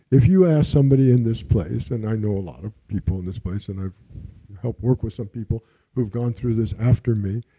if you ask somebody in this place, and i know a lot of people in this place, and i've helped work with some people who've gone through this after me.